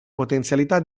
potenzialità